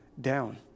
down